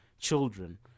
children